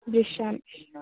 विश्श्हम्